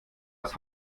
das